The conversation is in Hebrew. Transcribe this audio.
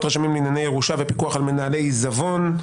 רשמים לענייני ירושה ופיקוח על מנהלי עיזבון),